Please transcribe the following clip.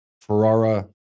Ferrara